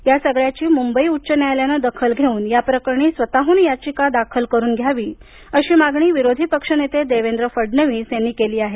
या सगळ्याची मुंबई उच्च न्यायालयानं दखल घेऊन या प्रकरणी स्वतःहून याचिका दाखल करून घ्यावी अशी मागणी विरोधी पक्षनेते देवेंद्र फडणवीस यांनी केली आहे